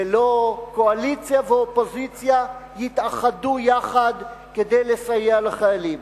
ולא קואליציה ואופוזיציה יתאחדו כדי לסייע לחיילים.